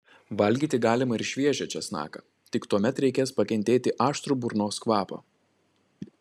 valgyti galima ir šviežią česnaką tik tuomet reikės pakentėti aštrų burnos kvapą